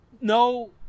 no